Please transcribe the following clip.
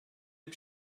bir